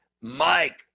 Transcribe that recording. Mike